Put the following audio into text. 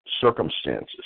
circumstances